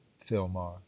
Filmar